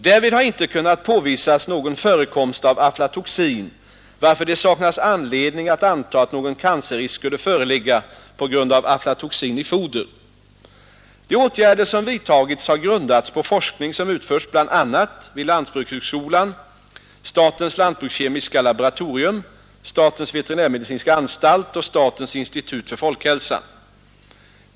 Därvid har inte kunnat påvisas någon förekomst av aflatoxin, varför det saknas anledning att anta att någon cancerrisk skulle föreligga på grund av aflatoxin i foder. De åtgärder som vidtagits har grundats på forskning som utförts bl.a. vid lantbrukshögskolan, statens lantbrukskemiska laboratorium, statens veterinärmedicinska anstalt och statens institut för folkhälsan.